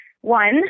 One